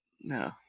No